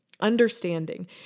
understanding